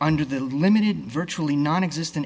under the limited virtually nonexistent